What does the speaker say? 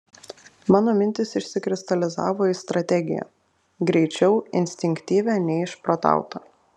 mano mintys išsikristalizavo į strategiją greičiau instinktyvią nei išprotautą